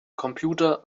computer